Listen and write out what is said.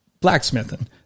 blacksmithing